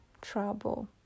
trouble